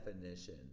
definition